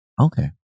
Okay